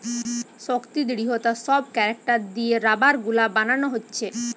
শক্তি, দৃঢ়তা সব ক্যারেক্টার লিয়ে রাবার গুলা বানানা হচ্ছে